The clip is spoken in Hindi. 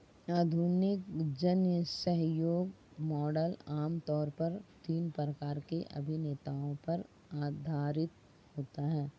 आधुनिक जनसहयोग मॉडल आम तौर पर तीन प्रकार के अभिनेताओं पर आधारित होता है